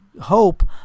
hope